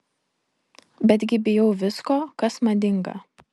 betgi bijau visko kas madinga